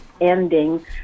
ending